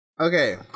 Okay